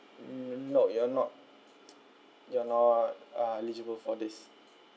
um not you're not you're not eligible for this